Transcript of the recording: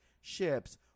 ships